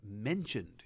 mentioned